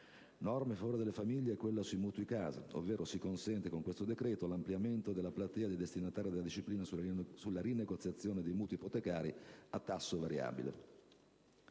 Norma in favore delle famiglie è quella sui mutui casa: ovvero si consente con questo decreto 1'ampliamento della platea dei destinatari della disciplina sulla rinegoziazione dei mutui ipotecari a tasso variabile.